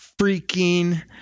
freaking